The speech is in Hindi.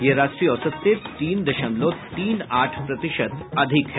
यह राष्ट्रीय औसत से तीन दशमलव तीन आठ प्रतिशत अधिक है